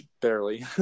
barely